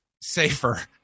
safer